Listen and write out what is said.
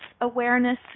awareness